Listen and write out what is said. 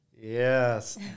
Yes